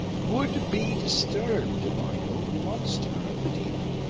would be disturbed by no monster of the deep!